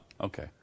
okay